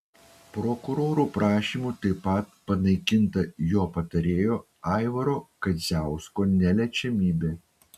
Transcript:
prokurorų prašymu taip pat panaikinta jo patarėjo aivaro kadziausko neliečiamybė